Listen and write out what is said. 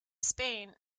spain